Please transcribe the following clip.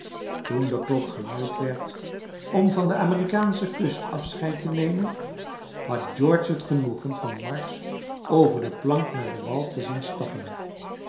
toen de klok geluid werd om van de amerikaansche kust afscheid te nemen had george het genoegen van marks over de plank naar den wal te zien stappen